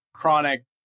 chronic